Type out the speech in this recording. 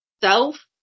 Self